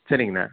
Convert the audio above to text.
சரிங்கண்ணா